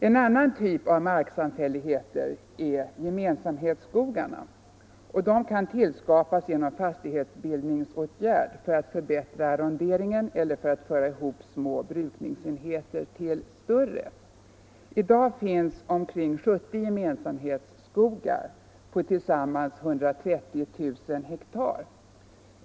En annan typ av samfälligheter är gemensamhetsskogarna, och de kan skapas genom fastighetsbildningsåtgärd för att förbättra arronderingen eller för att föra ihop småbruksenheter till större. I dag finns omkring 70 gemensamhetsskogar på tillsammans 130 000 ha.